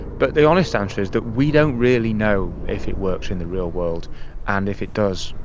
but the honest answer is that we don't really know if it works in the real world and, if it does,